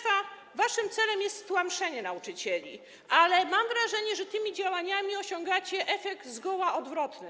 Waszym celem jest stłamszenie nauczycieli, ale mam wrażenie, że tymi działaniami osiągacie efekt zgoła odwrotny.